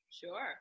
Sure